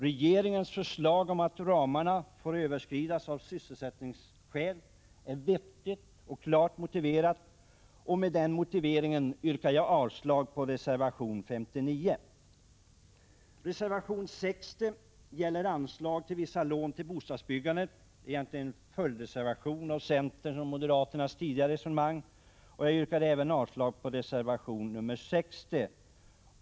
Regeringens förslag att ramarna får överskridas av sysselsättningsskäl är vettigt och klart motiverat, och med det argumentet yrkar jag avslag på reservation 59. Reservation 60 gäller anslag till vissa lån till bostadsbyggande. Det är egentligen en följdreservation, i vilken centerpartisterna och moderaterna följer upp tidigare resonemang. Jag yrkar avslag även på reservation 60.